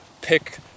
pick